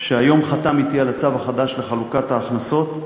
שהיום חתם אתי על הצו החדש לחלוקת ההכנסות,